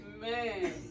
Man